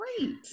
great